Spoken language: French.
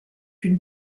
une